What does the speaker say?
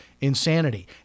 insanity